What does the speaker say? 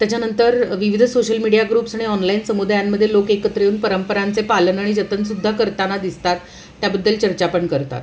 त्याच्यानंतर विविध social media groups आणि ऑनलाईन समुदायांमध्ये लोक एकत्र येऊन परंपरांचे पालन आणि जतनसुद्धा करताना दिसतात त्याबद्दल चर्चा पण करतात